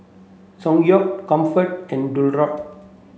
Ssangyong Comfort and Dualtron